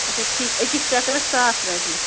آچھا ٹھیٖک أکِس چَکرَس ساس رۄپیہِ